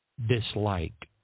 dislike